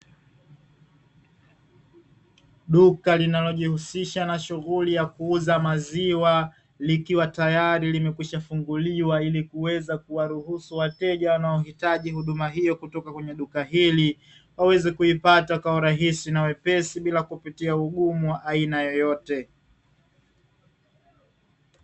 Duka linalojihusisha na shughuli ya kuuza maziwa, likiwa tayari limekwishafunguliwa ili kuweza kuwaruhusu wateja wanaohitaji huduma hiyo kutoka kwenda duka hili, waweze kuipata kwa urahisi na wepesi bila kupitia ugumu yoyote.